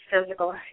physical